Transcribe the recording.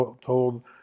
told